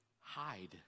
hide